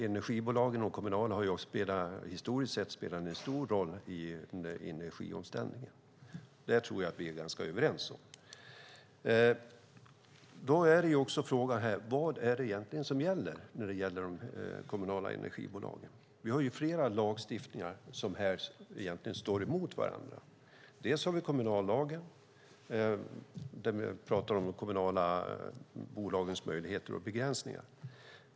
De kommunala energibolagen har också historiskt sett spelat en stor roll i energiomställningen. Det tror jag att vi är ganska överens om. Då är frågan: Vad är det egentligen som gäller för de kommunala energibolagen? Vi har flera lagstiftningar som står mot varandra. Först har vi kommunallagen, där vi talar om de kommunala bolagens möjligheter och begränsningar.